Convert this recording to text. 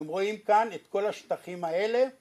אתם רואים כאן את כל השטחים האלה